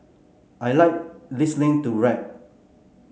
I like listening to rap